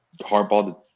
hardball